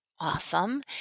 Awesome